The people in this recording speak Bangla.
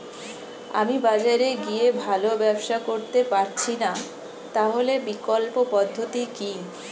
আমি বাজারে গিয়ে ভালো ব্যবসা করতে পারছি না তাহলে বিকল্প পদ্ধতি কি?